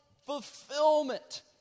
fulfillment